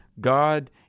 God